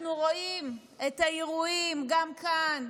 אנחנו רואים את האירועים גם כאן,